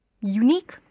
Unique